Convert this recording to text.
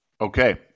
Okay